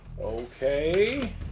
Okay